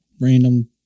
random